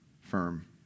firm